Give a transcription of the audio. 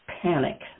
panic